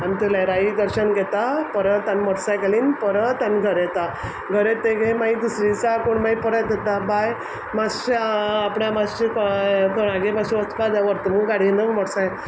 आम थंय लैराई दर्शन घेता परत आमी मॉटसायकलीन परत आमी घर येता घरा येतगीर माई दुसरे दिसा कोण माई परत येता बाय माश्शें आपणा माश्शें कोणा कोणागे माश्शें वचपा जाय व्हरत मुगो गाडयेन मॉटसाय